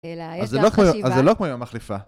אז זה לא כמו אמא מחליפה